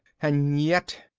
and yet.